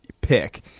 pick